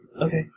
Okay